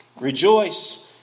Rejoice